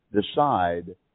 decide